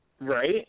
Right